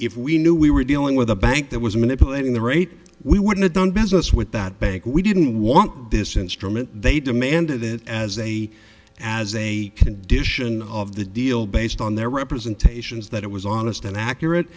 if we knew we were dealing with a bank that was manipulating the rate we would've done business with that bank we didn't want this instrument they demanded it as a as a condition of the deal based on their representations that it was honest and accurate